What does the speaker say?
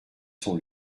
son